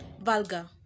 Vulgar